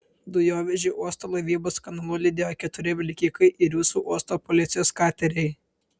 dujovežį uosto laivybos kanalu lydėjo keturi vilkikai ir jūsų uosto policijos kateriai